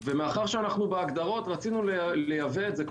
מאחר שאנחנו בהגדרות, רצינו לייבא את זה.